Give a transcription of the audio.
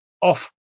off